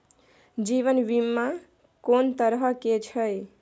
जीवन बीमा कोन तरह के छै?